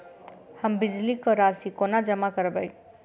हम बिजली कऽ राशि कोना जमा करबै?